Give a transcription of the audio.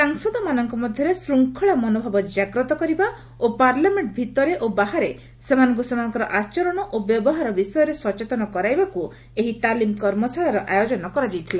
ସାଂସଦମାନଙ୍କ ମଧ୍ୟରେ ଶୃଙ୍ଖଳା ମନୋଭାବ ଜାଗ୍ରତ କରିବା ଓ ପାର୍ଲାମେଣ୍ଟ ଭିତରେ ଏବଂ ବାହାରେ ସେମାନଙ୍କୁ ସେମାନଙ୍କର ଆଚରଣ ଓ ବ୍ୟବହାର ବିଷୟରେ ସଚେତନ କରାଇବାକୁ ଏହି ତାଲିମ୍ କର୍ମଶାଳାର ଆୟୋଜନ କରାଯାଇଥିଲା